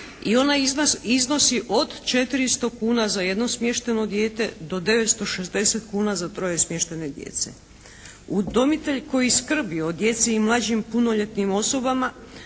i ona iznosi od 400 kuna za jedno smješteno dijete do 960 kuna za troje smještene djece. Udomitelj koji skrbi o djeci i mlađim punoljetnim osobama